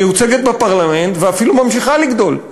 מיוצגת בפרלמנט ואפילו ממשיכה לגדול.